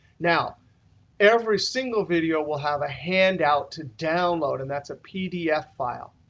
now every single video will have a handout to download, and that's a pdf file.